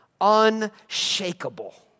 unshakable